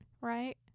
right